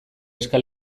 eska